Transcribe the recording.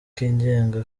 kigenga